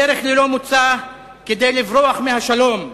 דרך ללא מוצא, כדי לברוח מהשלום.